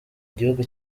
gihugu